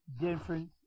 different